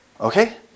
Okay